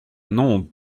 non